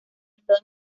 estado